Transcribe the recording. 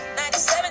97